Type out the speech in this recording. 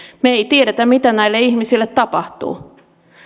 me emme tiedä mitä näille ihmisille tapahtuu